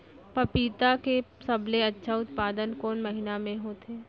पपीता के सबले जादा उत्पादन कोन महीना में होथे?